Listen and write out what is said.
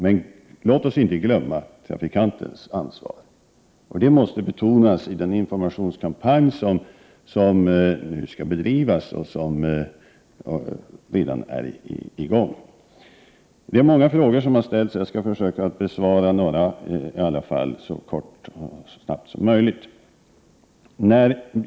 Men låt oss inte glömma trafikantens ansvar. Det måste betonas i den informationskampanj som nu skall bedrivas och som redan är i gång. Det är många frågor som har ställts, och jag skall försöka besvara några så kort och snabbt som möjligt.